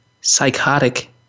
psychotic